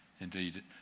Indeed